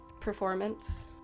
performance